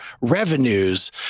revenues